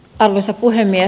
arvoisa puhemies